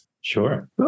Sure